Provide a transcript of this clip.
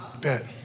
Bet